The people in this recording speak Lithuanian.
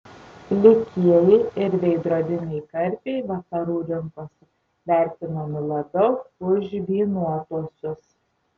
plikieji ir veidrodiniai karpiai vakarų rinkose vertinami labiau už žvynuotuosius